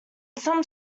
some